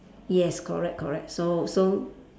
yes correct correct so so